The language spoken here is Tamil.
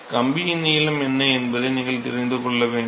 கம்பியின் நீளம் என்ன என்பதை நீங்கள் தெரிந்து கொள்ள வேண்டும்